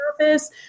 office